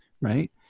right